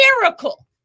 Miracle